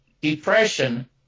Depression